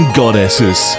goddesses